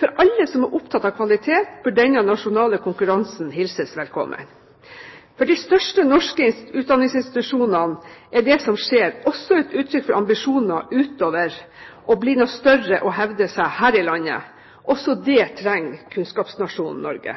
For alle som er opptatt av kvalitet, bør denne nasjonale konkurransen hilses velkommen. For de største norske utdanningsinstitusjonene er det som skjer, også et uttrykk for ambisjoner utover det å bli noe større og hevde seg her i landet. Også det trenger kunnskapsnasjonen Norge.